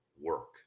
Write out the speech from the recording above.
work